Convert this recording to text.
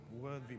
worthy